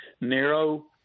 narrow